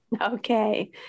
Okay